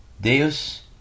Deus